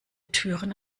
türen